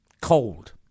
cold